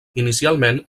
inicialment